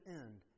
end